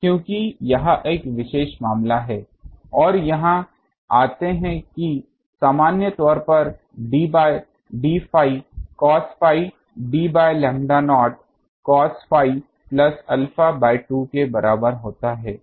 क्योंकि यह एक विशेष मामला है और यहाँ आते हैं कि सामान्य तौर पर d by d phi cos pi d by lambda naught cos phi plus alpha by 2 के बराबर होता है